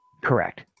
Correct